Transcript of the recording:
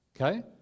Okay